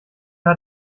hat